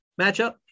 matchup